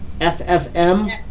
F-F-M